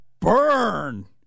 burn